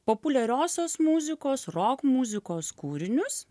populiariosios muzikos rok muzikos kūrinius